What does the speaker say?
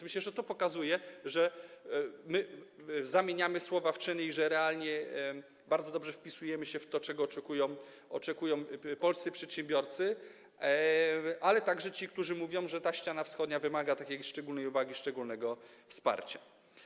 Myślę, że to pokazuje, że zamieniamy słowa w czyny i że realnie bardzo dobrze wpisujemy się w to, czego oczekują polscy przedsiębiorcy, ale także ci, którzy mówią, że ściana wschodnia wymaga takiej szczególnej uwagi, szczególnego wsparcia.